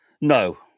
No